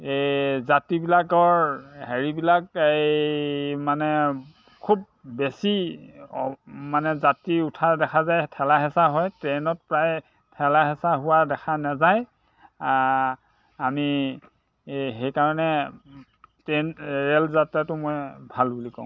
এই যাত্ৰীবিলাকৰ হেৰিবিলাক এই মানে খুব বেছি মানে যাত্ৰী উঠা দেখা যায় ঠেলা হেঁচা হয় ট্ৰেইনত প্ৰায় ঠেলা হেঁচা হোৱা দেখা নাযায় আমি সেইকাৰণে ট্ৰেইন ৰেল যাত্ৰাটো মই ভাল বুলি কওঁ